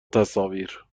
تصاویر